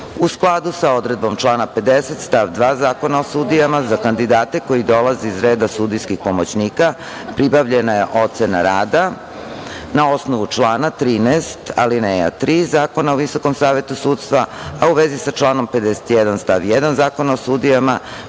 skladu sa odredbom člana 50. stav 2. Zakona o sudijama, za kandidate koji dolaze iz reda sudijskih pomoćnika, pribavljena je ocena rada na osnovu člana 13. alineja 3. Zakona o Visokom savetu sudstva, a u vezi sa članom 51. stav 1. Zakona o sudijama,